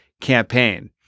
campaign